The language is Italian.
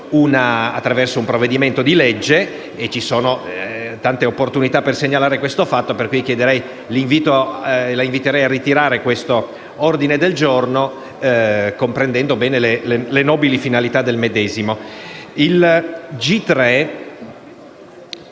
grazie a tutti